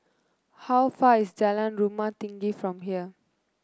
how far is Jalan Rumah Tinggi from here